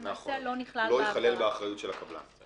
לא ייכלל באחריות הקבלן.